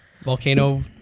volcano